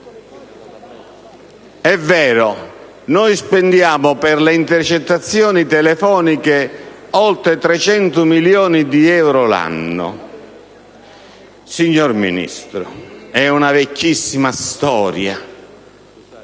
È vero, noi spendiamo per le intercettazioni telefoniche oltre 300 milioni di euro l'anno. Signor Ministro, questa è una vecchissima storia,